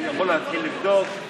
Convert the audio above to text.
אני יכול להתחיל לבדוק,